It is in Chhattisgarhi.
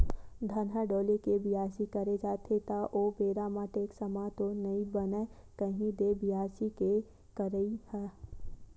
धनहा डोली के बियासी करे जाथे त ओ बेरा म टेक्टर म तो नइ बनय कही दे बियासी के करई ह?